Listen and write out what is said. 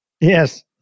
yes